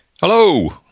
Hello